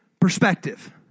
perspective